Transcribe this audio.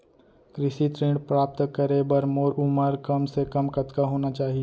कृषि ऋण प्राप्त करे बर मोर उमर कम से कम कतका होना चाहि?